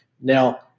Now